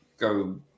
go